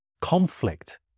conflict